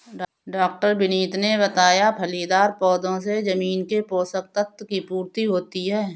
डॉ विनीत ने बताया फलीदार पौधों से जमीन के पोशक तत्व की पूर्ति होती है